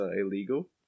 illegal